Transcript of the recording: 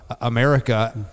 America